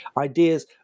ideas